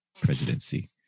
presidency